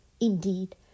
Indeed